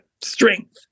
strength